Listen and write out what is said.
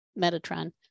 Metatron